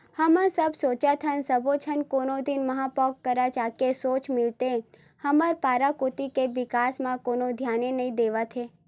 हमन सब सोचत हन सब्बो झन कोनो दिन महापौर करा जाके सोझ मिलतेन हमर पारा कोती के बिकास म कोनो धियाने नइ देवत हे